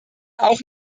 auch